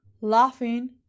Laughing